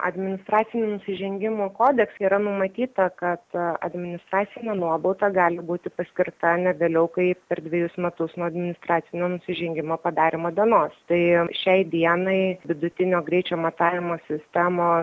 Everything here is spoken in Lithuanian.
administracinių nusižengimų kodekse yra numatyta kad administracinė nuobauda gali būti paskirta ne vėliau kaip per dvejus metus nuo administracinio nusižengimo padarymo dienos tai šiai dienai vidutinio greičio matavimo sistemos